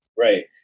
Right